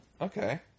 Okay